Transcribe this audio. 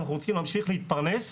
אנחנו רוצים להמשיך להתפרנס.